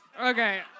Okay